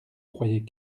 croyais